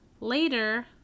later